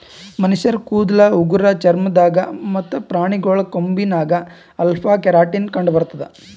ಮನಶ್ಶರ್ ಕೂದಲ್ ಉಗುರ್ ಚರ್ಮ ದಾಗ್ ಮತ್ತ್ ಪ್ರಾಣಿಗಳ್ ಕೊಂಬಿನಾಗ್ ಅಲ್ಫಾ ಕೆರಾಟಿನ್ ಕಂಡಬರ್ತದ್